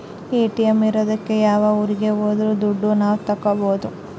ATM ಇರೋದಕ್ಕೆ ಯಾವ ಊರಿಗೆ ಹೋದ್ರು ದುಡ್ಡು ನಾವ್ ತಕ್ಕೊಬೋದು